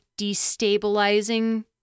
destabilizing